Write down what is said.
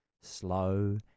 slow